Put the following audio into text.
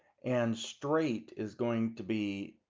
and straight is going to be